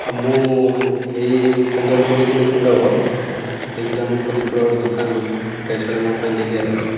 ମୁଁ ଏହି ପନ୍ଦର କୋଡ଼ିଏ ଦିନ ଖଣ୍ଡେ ହେବ ସେଗୁଡ଼ାକ ମୁଁ ଖଜୁରୀପଡ଼ା ଗୋଟିଏ ଦୋକାନରୁ ଡ୍ରେସ୍ ହଳେ ମୋ ପାଇଁ ନେଇକି ଆସିଥିଲି